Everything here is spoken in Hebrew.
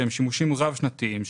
שהם שימושים רב-שנתיים,